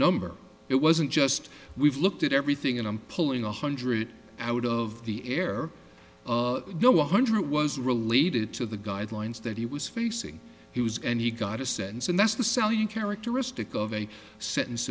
number it wasn't just we've looked at everything and i'm pulling one hundred out of the air no one hundred was related to the guidelines that he was facing he was and he got a sense and that's the cell you characteristic of a sentence